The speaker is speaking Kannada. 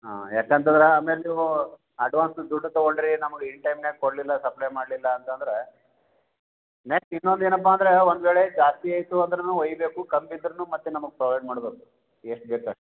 ಹಾಂ ಯಾಕಂತಂದ್ರೆ ಆಮೇಲೆ ನೀವು ಅಡ್ವಾನ್ಸ್ ದುಡ್ಡು ತೊಗೊಂಡ್ರಿ ನಮಗೆ ಇನ್ ಟೈಮ್ನ್ಯಾಗ ಕೊಡಲಿಲ್ಲ ಸಪ್ಲೈ ಮಾಡಲಿಲ್ಲ ಅಂತಂದ್ರೆ ನೆಕ್ಸ್ಟ್ ಇನ್ನೊಂದು ಏನಪ್ಪಾ ಅಂದ್ರೆ ಒಂದುವೇಳೆ ಜಾಸ್ತಿ ಆಯಿತು ಅಂದ್ರೂ ಒಯ್ಯಬೇಕು ಕಮ್ಮಿ ಬಿದ್ರೂ ಮತ್ತೆ ನಮ್ಗೆ ಪ್ರವೈಡ್ ಮಾಡಬೇಕು ಎಷ್ಟು ಬೇಕು ಅಷ್ಟು